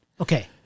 Okay